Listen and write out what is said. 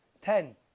Ten